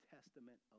Testament